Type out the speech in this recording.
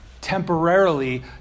temporarily